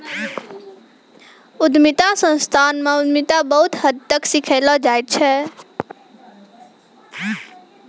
उद्यमिता संस्थान म उद्यमिता बहुत हद तक सिखैलो जाय छै